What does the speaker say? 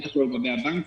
בטח לא לגבי הבנקים.